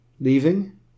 Leaving